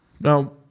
Now